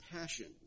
passions